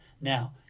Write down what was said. Now